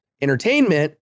entertainment